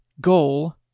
goal